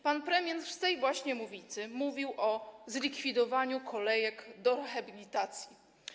Pan premier z tej właśnie mównicy mówił o zlikwidowaniu kolejek do rehabilitacji.